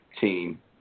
team